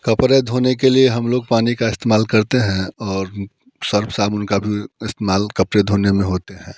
कपड़े धोने के लिए हम लोग पानी का इस्तेमाल करते हैं और सर्फ़ साबुन का भी इस्तेमाल कपड़े धोने में होते हैं